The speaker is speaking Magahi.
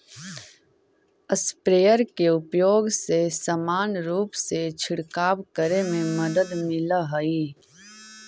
स्प्रेयर के उपयोग से समान रूप से छिडकाव करे में मदद मिलऽ हई